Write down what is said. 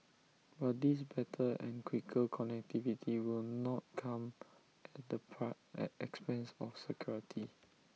but this better and quicker connectivity will not come at the expense of security